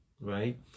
right